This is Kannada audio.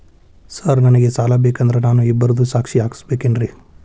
ಸರ್ ನನಗೆ ಸಾಲ ಬೇಕಂದ್ರೆ ನಾನು ಇಬ್ಬರದು ಸಾಕ್ಷಿ ಹಾಕಸಬೇಕೇನ್ರಿ?